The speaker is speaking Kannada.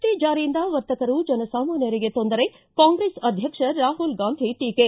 ಟಿ ಜಾರಿಯಿಂದ ವರ್ತಕರು ಜನ ಸಾಮಾನ್ಯರಿಗೆ ತೊಂದರೆ ಕಾಂಗ್ರೆಸ್ ಅಧ್ಯಕ್ಷ ರಾಹುಲ್ ಗಾಂಧಿ ಟೀಕೆ